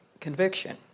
conviction